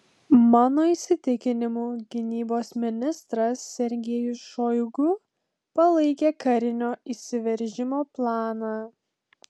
mano įsitikinimu gynybos ministras sergejus šoigu palaikė karinio įsiveržimo planą